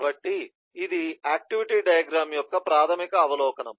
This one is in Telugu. కాబట్టి ఇది ఆక్టివిటీ డయాగ్రమ్ యొక్క ప్రాథమిక అవలోకనం